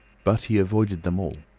but he avoided them all.